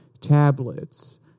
tablets